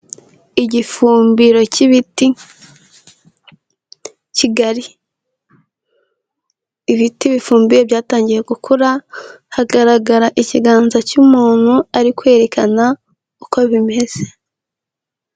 Igifumbiro cy'ibiti Kigali. Ibiti bifumbiye byatangiye gukura. Hagaragara ikiganza cy'umuntu ari kwerekana uko bimeze.